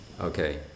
Okay